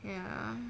ya